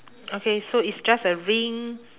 okay so it's just a ring